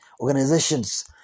organizations